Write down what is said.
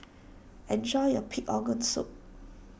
enjoy your Pig Organ Soup